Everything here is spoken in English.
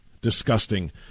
Disgusting